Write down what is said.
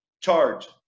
Charge